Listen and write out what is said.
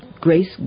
grace